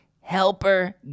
helper